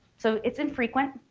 so it's infrequent